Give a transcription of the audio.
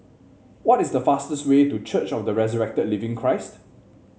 what is the fastest way to Church of the Resurrected Living Christ